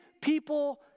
people